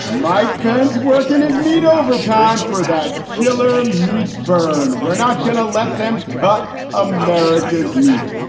my friends work in his meat over time for that killer meat burn. we're not going to let them cut america's meat.